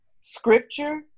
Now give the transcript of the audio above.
scripture